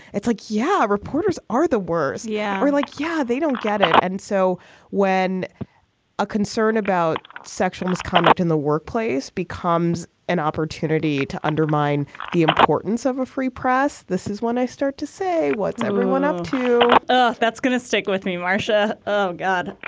it's like, yeah, reporters are the words. yeah, we're like, yeah, they don't get it. and so when a concern about sexual misconduct in the workplace becomes an opportunity to undermine the importance of a free press, this is when i start to say, what's everyone up to ah that's going to stick with me? marcia oh, god,